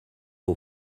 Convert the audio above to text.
aux